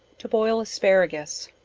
to boil asparagus.